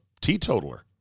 teetotaler